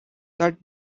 that